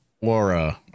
Aura